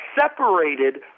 separated